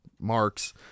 marks